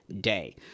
day